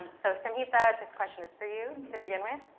so samhita, this question is for you to begin with.